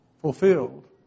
fulfilled